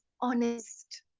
honest